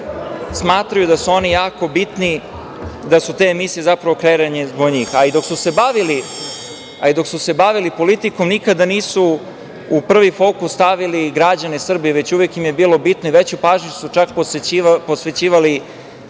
smatraju da su oni jako bitni, da su te emisije zapravo kreirane zbog njih. Dok su se bavili politikom, nikada nisu u prvi fokus stavili građane Srbije, već uvek im je bilo bitno i veću pažnju su čak posvećivali